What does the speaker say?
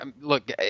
Look